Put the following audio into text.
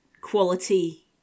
quality